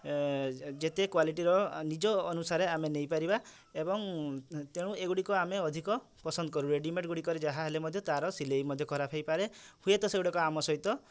ଏ ଯେତେ କ୍ୱାଲିଟିର ନିଜ ଅନୁସାରେ ଆମେ ନେଇ ପାରିବା ଏବଂ ତେଣୁ ଏଗୁଡ଼ିକ ଆମେ ଅଧିକ ପସନ୍ଦ କରୁ ରେଡ଼ିମେଡ଼୍ ଗୁଡ଼ିକରେ ଯାହା ହେଲେ ମଧ୍ୟ ତା'ର ସିଲେଇ ମଧ୍ୟ ଖରାପ ହୋଇପାରେ ହୁଏତ ସେଗୁଡ଼ିକ ଆମ ସହିତ